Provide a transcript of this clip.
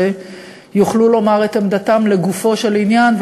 יוכלו לומר את עמדתם לגופו של עניין,